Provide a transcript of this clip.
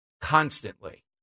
constantly